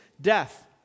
death